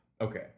Okay